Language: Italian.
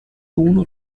uno